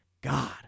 God